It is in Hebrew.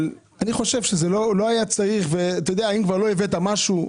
אני חושב שאם לא הבאת משהו,